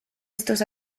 estos